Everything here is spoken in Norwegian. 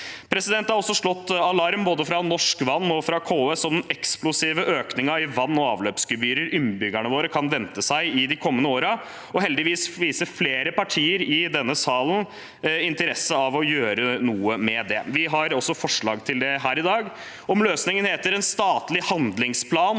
møte. Det er også slått alarm fra både Norsk Vann og KS om den eksplosive økningen i vann- og avløpsgebyrer innbyggerne våre kan vente seg i de kommende årene. Heldigvis viser flere partier i denne salen interesse for å gjøre noe med det. Vi har også forslag til det her i dag. Om løsningen heter en statlig handlingsplan